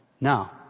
Now